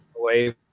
away